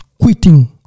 quitting